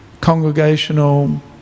Congregational